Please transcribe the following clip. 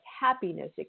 happiness